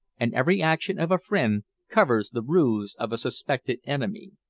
and every action of a friend covers the ruse of a suspected enemy.